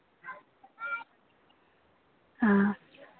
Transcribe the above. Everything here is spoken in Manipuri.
ꯑꯥ